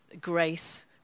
grace